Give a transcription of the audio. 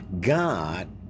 God